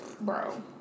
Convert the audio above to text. Bro